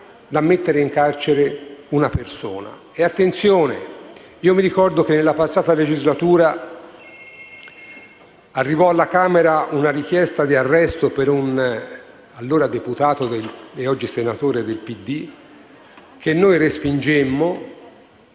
da mettere in carcere una persona. Attenzione. Ricordo che nella passata legislatura arrivò alla Camera una richiesta di arresto per un allora deputato e oggi senatore del Partito